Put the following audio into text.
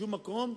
בשום מקום,